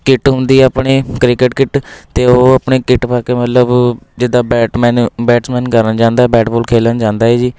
kit ਹੁੰਦੀ ਆ ਆਪਣੀ ਕ੍ਰਿਕਟ ਕਿੱਟ ਅਤੇ ਉਹ ਆਪਣੇ ਕਿੱਟ ਪਾ ਕੇ ਮਤਲਬ ਜਿੱਦਾਂ ਬੈਟਮੈਨ ਬੈਟਸਮੈਨ ਕਰਨਾ ਚਾਹੁੰਦਾ ਬੈਟ ਬੋਲ ਖੇਲਣ ਜਾਂਦਾ ਏ ਜੀ